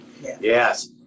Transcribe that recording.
Yes